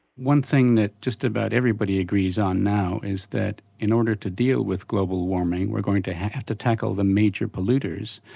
one thing that just about everybody agrees on now is that in order to deal with global warming, we're going to have to tackle the major polluters.